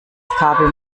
kabel